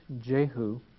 Jehu